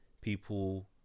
people